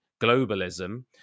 globalism